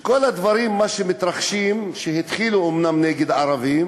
כל הדברים שמתרחשים התחילו אומנם נגד ערבים,